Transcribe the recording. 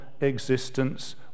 existence